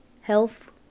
health